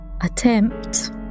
attempt